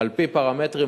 על-פי פרמטרים.